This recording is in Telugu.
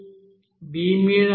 b మీద ఆధారపడి ఉంటుంది